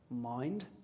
mind